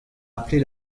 appeler